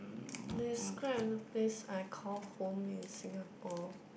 describe the place I called home in Singapore